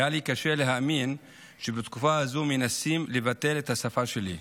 היה לי קשה להאמין שבתקופה הזו מנסים לבטל את השפה שלי.